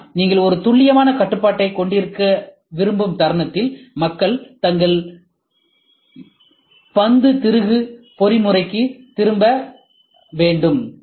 ஆனால் நீங்கள் ஒரு துல்லியமான கட்டுப்பாட்டைக் கொண்டிருக்க விரும்பும் தருணத்தில் மக்கள் தங்கள் பந்து திருகு பொறிமுறைக்குத் திரும்ப வேண்டும்